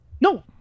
No